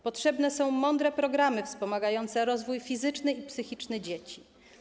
Potrzebne są mądre programy wspomagające rozwój fizyczny i psychiczny dzieci.